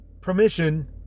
permission